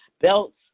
belts